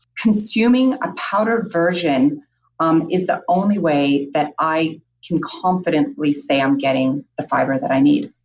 consuming a powdered version um is the only way that i can confidently say i'm getting the fiber that i need